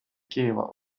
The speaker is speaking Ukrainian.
києва